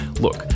Look